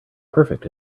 perfect